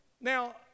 Now